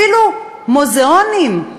את עולם המושגים שלהם, אפילו מוזיאונים,